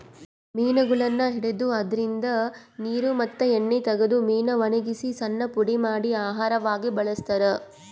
ಮೀನಗೊಳನ್ನ್ ಹಿಡದು ಅದ್ರಿನ್ದ ನೀರ್ ಮತ್ತ್ ಎಣ್ಣಿ ತಗದು ಮೀನಾ ವಣಗಸಿ ಸಣ್ಣ್ ಪುಡಿ ಮಾಡಿ ಆಹಾರವಾಗ್ ಬಳಸ್ತಾರಾ